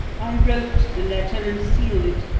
i wrote the letter and sealed it,